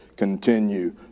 Continue